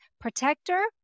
Protector